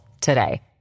today